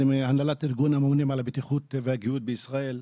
אני מהנהלת ארגון הממונים על הבטיחות והגיהות בישראל.